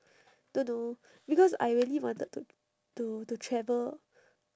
don't know because I really wanted to to to travel